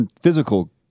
physical